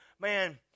man